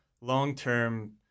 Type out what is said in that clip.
long-term